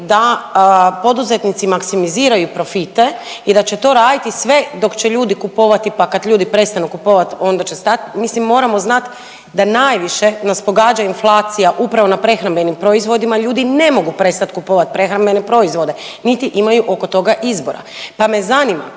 da poduzetnici maksimiziraju profite i da će to raditi sve dok će ljudi kupovati pa kad ljudi prestanu kupovat onda će stat, mislim moramo znat da najviše nas pogađa inflacija upravo na prehrambenim proizvodima ljudi ne mogu prestati kupovat prehrambene proizvode niti imaju oko toga izbora, pa me zanima